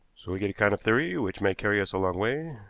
so we get a kind of theory which may carry us a long way,